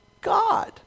God